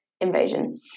invasion